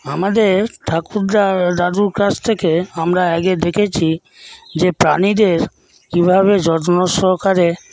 আমাদের ঠাকুরদা দাদুর কাছে থেকে আমরা আগে দেখেছি যে প্রাণীদের কীভাবে যত্ন সহকারে